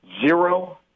zero